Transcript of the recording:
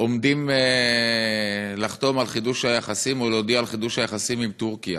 עומדים לחתום על חידוש היחסים או להודיע על חידוש היחסים עם טורקיה.